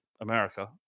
America